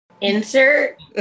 Insert